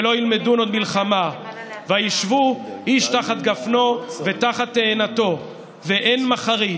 ולא ילמדו עוד מלחמה"; "וישבו איש תחת גפנו ותחת תאנתו ואין מחריד,